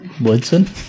Woodson